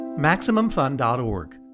MaximumFun.org